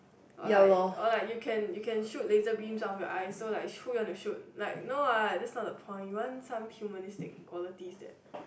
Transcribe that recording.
oh like oh like you can you can shoot laser beam off your eyes so like who you want to shoot like no what that's not the point you want some humanistic quality that